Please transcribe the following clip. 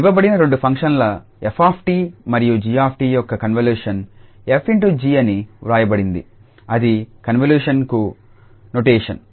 ఇవ్వబడిన రెండు ఫంక్షన్ల f𝑡 మరియు 𝑔𝑡 యొక్క కన్వల్యూషన్ 𝑓∗𝑔 అని వ్రాయబడింది అది కన్వల్యూషన్కు నొటేషన్